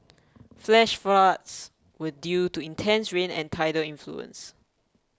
flash floods were due to intense rain and tidal influence